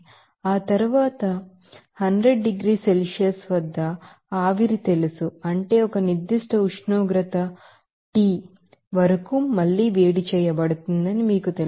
ఆ తరువాత ఇది మీకు 100 డిగ్రీల సెల్సియస్ వద్ద ఆవిరి తెలుసు అంటే ఒక నిర్దిష్ట ఉష్ణోగ్రత టి వరకు మళ్లీ వేడి చేయబడుతుందని మీకు తెలుసు